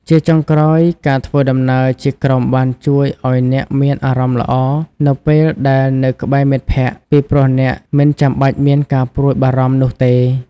ជាចុងក្រោយ ការធ្វើដំណើរជាក្រុមបានជួយឱ្យអ្នកមានអារម្មណ៍ល្អនៅពេលដែលនៅក្បែរមិត្តភក្តិ ពីព្រោះអ្នកមិនចាំបាច់មានការព្រួយបារម្ភនោះទេ។